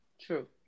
True